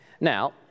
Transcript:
Now